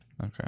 Okay